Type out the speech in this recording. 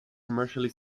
commercially